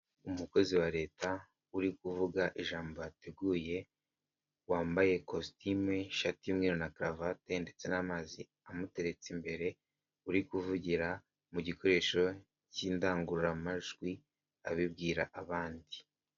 Umukozi wa leta uri kuvuga ijambo yateguye, wambaye kositimu ishati y'umweru na karavate ndetse n'amazi amuteretse imbere, uri kuvugira mu gikoresho cy'indangururamajwi abibwira abandi.